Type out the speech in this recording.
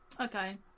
Okay